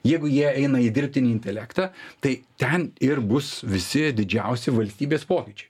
jeigu jie eina į dirbtinį intelektą tai ten ir bus visi didžiausi valstybės pokyčiai